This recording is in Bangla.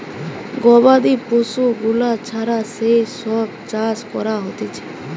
গবাদি পশু গুলা ছাড়া যেই সব চাষ করা হতিছে